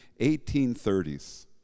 1830s